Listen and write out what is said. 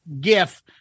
gif